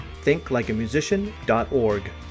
thinklikeamusician.org